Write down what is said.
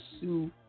sue